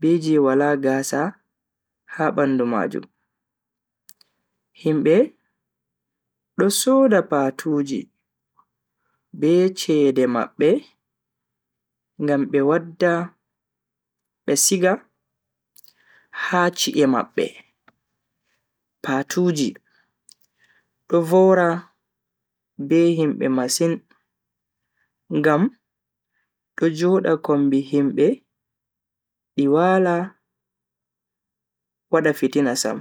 be je wala gaasa ha bandu majum. Himbe do soda patuuji be cede mabbe ngam be wadda be siga ha chi'e mabbe. Patuuji do vowra be himbe masin ngam do joda kombi himbe di wala wada fitina sam.